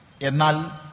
Enal